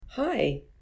Hi